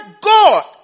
God